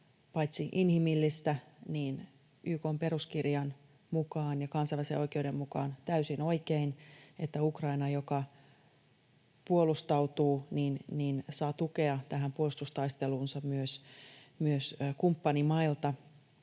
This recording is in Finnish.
paitsi inhimillistä, niin YK:n peruskirjan mukaan ja kansainvälisen oikeuden mukaan myös täysin oikein, että Ukraina, joka puolustautuu, saa tukea tähän puolustustaisteluunsa myös kumppanimailta.